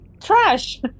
trash